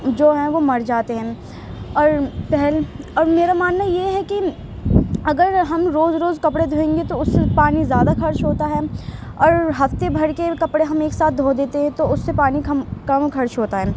جو ہیں وہ مر جاتے ہیں اور اور میرا ماننا یہ ہے کہ اگر ہم روز روز کپڑے دھوئیں گے تو اس سے پانی زیادہ خرچ ہوتا ہے اور ہفتے بھر کے کپڑے ہم ایک ساتھ دھو دیتے ہیں تو اس سے پانی کم کم خرچ ہوتا ہے